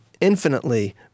infinitely